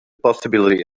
possibility